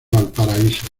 valparaíso